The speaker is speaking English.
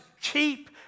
cheap